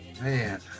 man